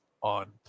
on